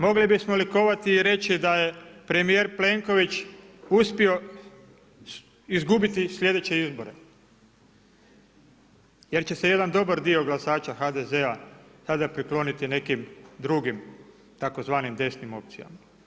Mogli bismo likovati i reći da je premijer Plenković uspio izgubiti sljedeće izbore jel će se jedan dobar dio glasača HDZ-a sada prikloniti nekim drugim tzv. desnim opcijama.